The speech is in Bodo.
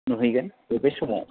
नुहैगोन बबे समाव